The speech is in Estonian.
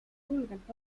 julgelt